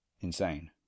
insane